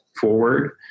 forward